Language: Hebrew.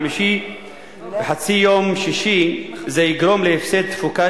חמישי וחצי יום שישי זה יגרום להפסד תפוקה,